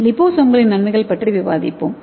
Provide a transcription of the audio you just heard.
லிபோசோம்களின் நன்மைகள் பற்றி விவாதிப்போம்